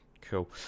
Cool